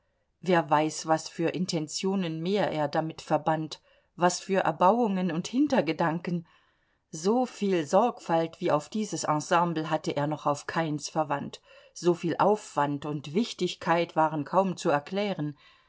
wer weiß was für intentionen mehr er damit verband was für erbauungen und hintergedanken soviel sorgfalt wie auf dieses ensemble hatte er noch auf keines verwandt soviel aufwand und wichtigkeit waren kaum zu erklären